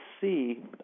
see